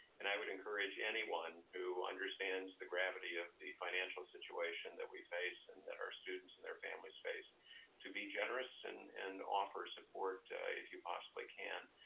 and i would encourage anyone who understands the gravity of the financial situation that we face and that our students and their families face to be generous and and offer support if you possibly can.